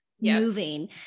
moving